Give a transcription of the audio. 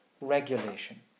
regulation